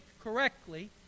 correctly